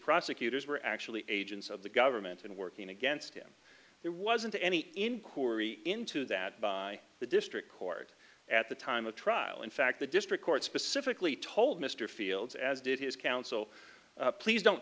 prosecutors were actually agents of the government and working against him there wasn't any inquiry into that by the district court at the time of trial in fact the district court specifically told mr fields as did his counsel please don't